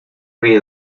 ríe